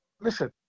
Listen